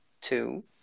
Two